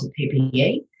PPE